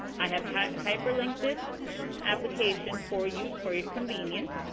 i have have hyperlinked this application for you for your convenience.